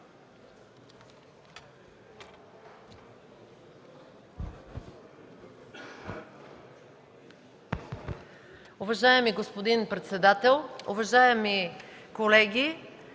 Уважаеми господин председател, уважаеми колеги!